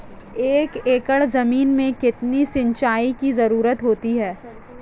एक एकड़ ज़मीन में कितनी सिंचाई की ज़रुरत होती है?